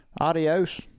adios